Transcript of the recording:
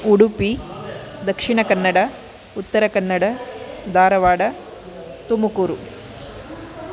Udupi Dakshina Kannada Uttara Kannada Dharwad Tumakuru